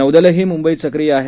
नौदलही म्ंबईत सक्रिय आहे